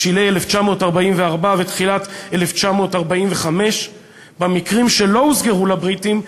בשלהי 1944 ותחילת 1945. במקרים שלא הוסגרו לבריטים,